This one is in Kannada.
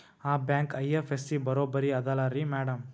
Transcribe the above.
ಆ ಬ್ಯಾಂಕ ಐ.ಎಫ್.ಎಸ್.ಸಿ ಬರೊಬರಿ ಅದಲಾರಿ ಮ್ಯಾಡಂ?